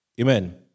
Amen